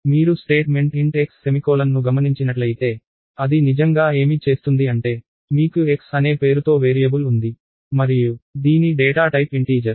మీరు statement int x semicolon ను గమనించినట్లయితే అది నిజంగా ఏమి చేస్తుంది అంటే మీకు x అనే పేరుతో వేరియబుల్ ఉంది మరియు దీని డేటా టైప్ ఇంటీజర్